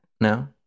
No